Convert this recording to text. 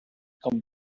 come